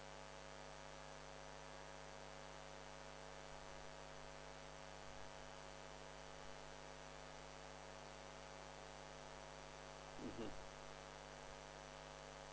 mmhmm